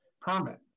permit